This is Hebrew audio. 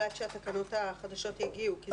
אולי כשהתקנות החדשות יגיעו.